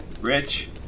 Rich